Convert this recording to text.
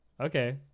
Okay